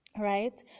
Right